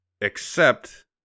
Except-